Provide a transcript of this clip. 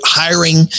hiring